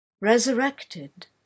Resurrected